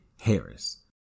Harris